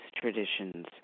traditions